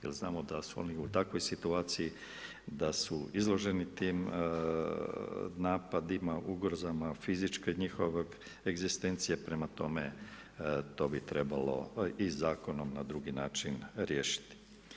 Jel znamo da su oni u takvoj situaciji da su izloženi tim napadima, ugrozama, fizičke njihove egzistencije, prema tome to bi trebalo i zakonom na drugi način riješiti.